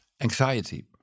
anxiety